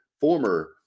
former